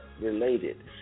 related